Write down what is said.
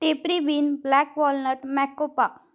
टेपरी bean black walnut macopa